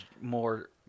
more